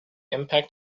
impact